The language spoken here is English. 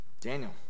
Daniel